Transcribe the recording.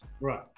Right